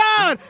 God